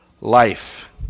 life